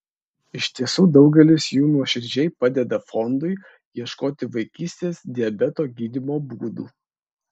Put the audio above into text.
iš tiesų daugelis jų nuoširdžiai padeda fondui ieškoti vaikystės diabeto gydymo būdų